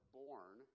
born